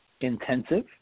intensive